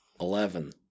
Eleven